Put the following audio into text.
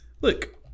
Look